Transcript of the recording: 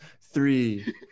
three